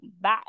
Bye